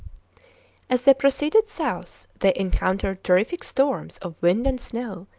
as they proceeded south they encountered terrific storms of wind and snow,